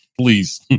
please